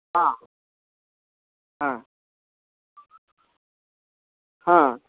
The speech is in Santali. ᱦᱮᱸ ᱦᱮᱸ ᱦᱮᱸ